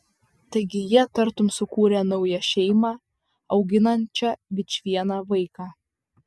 taigi jie tartum sukūrė naują šeimą auginančią vičvieną vaiką